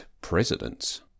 presidents